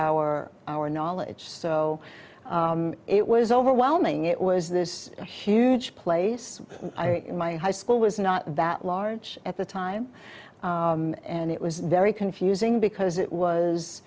our our knowledge so it was overwhelming it was this a huge place my high school was not that large at the time and it was very confusing because it was